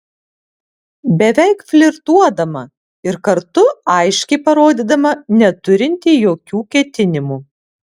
beveik flirtuodama ir kartu aiškiai parodydama neturinti jokių ketinimų